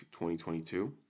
2022